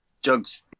Jugs